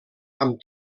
amb